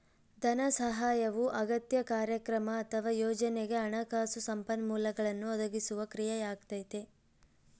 ಧನಸಹಾಯವು ಅಗತ್ಯ ಕಾರ್ಯಕ್ರಮ ಅಥವಾ ಯೋಜನೆಗೆ ಹಣಕಾಸು ಸಂಪನ್ಮೂಲಗಳನ್ನು ಒದಗಿಸುವ ಕ್ರಿಯೆಯಾಗೈತೆ